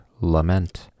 lament